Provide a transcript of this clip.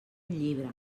llibre